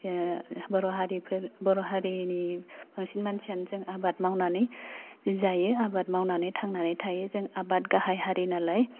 ओह बर' हारिफोर बर' हारिनि बांसिन मानसियानो जों आबाद मावनानै जायो आबाद मावनानै थांनानै थायो जों आबाद गाहाय हारि नालाय